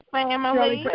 Family